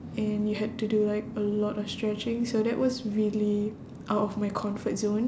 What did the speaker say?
and you had to do like a lot of stretching so that was really out of my comfort zone